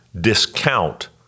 discount